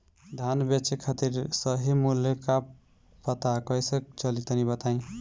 धान बेचे खातिर सही मूल्य का पता कैसे चली तनी बताई?